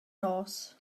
nos